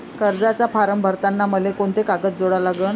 कर्जाचा फारम भरताना मले कोंते कागद जोडा लागन?